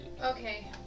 Okay